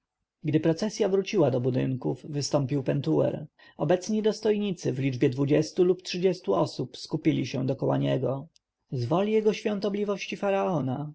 gdy procesja wróciła do budynków wystąpił pentuer obecni dostojnicy w liczbie dwudziestu lub trzydziestu osób skupili się dokoła niego z woli jego świątobliwości faraona